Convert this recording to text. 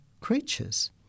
creatures